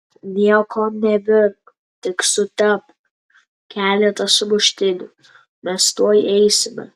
nieko nevirk tik sutepk keletą sumuštinių mes tuoj eisime